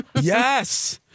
Yes